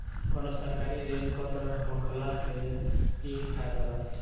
कवनो सरकारी ऋण पत्र होखला के इ फायदा बा